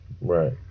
Right